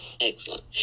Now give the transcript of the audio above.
Excellent